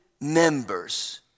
members